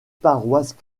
paroisse